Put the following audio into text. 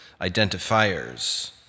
identifiers